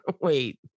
wait